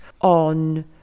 on